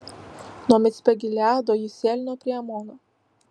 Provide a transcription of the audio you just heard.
nuo micpe gileado jis sėlino prie amono